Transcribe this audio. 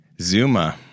Zuma